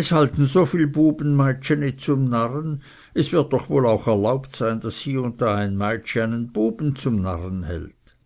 es halten so viel buben meitscheni zum narren es wird doch wohl auch erlaubt sein daß hie und da ein meitschi einen buben zum narren hält